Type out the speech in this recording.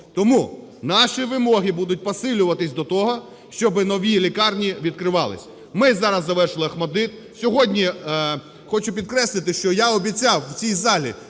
Тому наші вимоги будуть посилюватися до того, щоб нові лікарні відкривалися. Ми зараз завершили ОХМАТДИТ, сьогодні, хочу підкреслити, що я обіцяв в цій залі